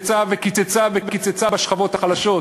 וקיצצה וקיצצה וקיצצה בשכבות החלשות,